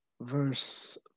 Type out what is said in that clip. verse